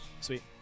Sweet